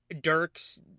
Dirk's